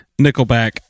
Nickelback